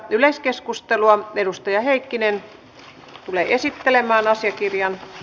edustaja heikkinen tulee esittelemään asiakirjan